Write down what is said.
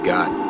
God